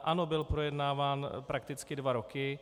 Ano, byl projednáván prakticky dva roky.